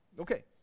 Okay